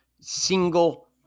single